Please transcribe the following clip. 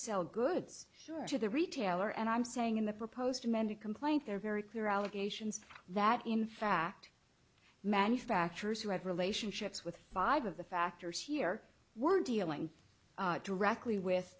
sell goods to the retailer and i'm saying in the proposed amended complaint there are very clear allegations that in fact manufacturers who had relationships with five of the factors here were dealing directly